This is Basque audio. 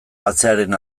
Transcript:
batzearen